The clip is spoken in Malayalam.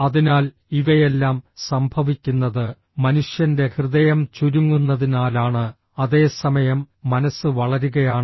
അതിനാൽ ഇവയെല്ലാം സംഭവിക്കുന്നത് മനുഷ്യന്റെ ഹൃദയം ചുരുങ്ങുന്നതിനാലാണ് അതേസമയം മനസ്സ് വളരുകയാണ്